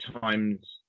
times